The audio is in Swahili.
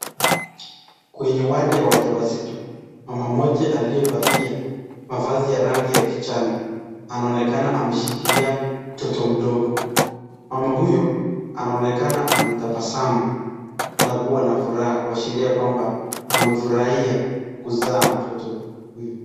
Kwenye wadi ya waja wazito, mama mmoja aliyevalia mavazi ya rangi ya kichane anaonekana ameshikilia mtoto mdogo. Mama huyo, anaonekana ametabasamu na kuwa na furaha kuashiria kwamba amefurahia kuzaa mtoto huyo.